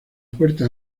puerta